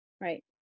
Right